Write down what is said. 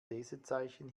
lesezeichen